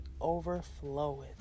overfloweth